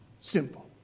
simple